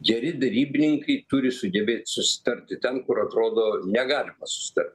geri derybininkai turi sugebėti susitarti ten kur atrodo negalima susitart